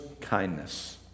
kindness